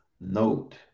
note